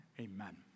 Amen